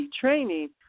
training